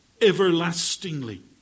everlastingly